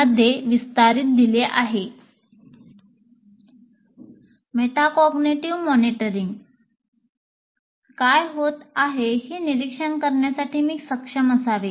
मध्ये विस्तारित दिले आहे मेटाकॉग्निटिव्ह मॉनिटरींग काय होत आहे हे निरीक्षण करण्यास मी सक्षम असावे